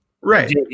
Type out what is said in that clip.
right